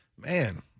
man